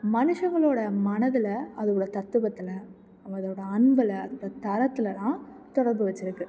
மனுஷங்களோடய மனதில் அதோடய தத்துவத்தில் அவ் அதோடய அன்பில் அதோடய தரத்துலெல்லாம் தொடர்பு வெச்சுருக்கு